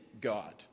God